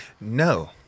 no